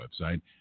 website